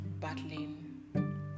battling